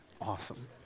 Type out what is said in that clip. Awesome